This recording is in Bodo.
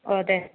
अ दे